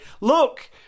look